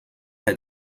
had